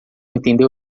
entendeu